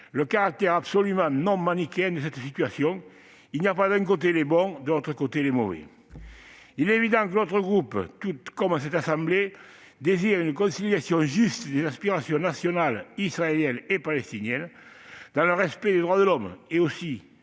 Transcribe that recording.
le caractère clairement non manichéen de cette situation : il n'y a pas les bons, d'un côté, et les mauvais, de l'autre. Il est évident que notre groupe, tout comme cette assemblée, désire une conciliation juste des aspirations nationales israéliennes et palestiniennes, dans le respect des droits de l'homme, et le